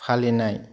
फालिनाय